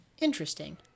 Interesting